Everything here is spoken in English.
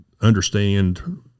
understand